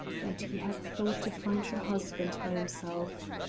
and he had thought to find her husband by himself.